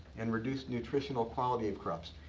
and reduced nutritional quality of crops.